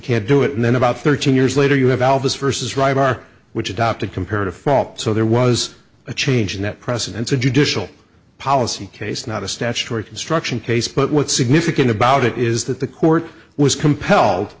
can't do it and then about thirteen years later you have albus versus right our which adopted comparative fault so there was a change in that precedence a judicial policy case not a statutory construction case but what's significant about it is that the court was compelled